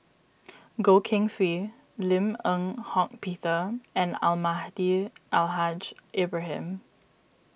Goh Keng Swee Lim Eng Hock Peter and Almahdi Al Haj Ibrahim